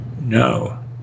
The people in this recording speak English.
no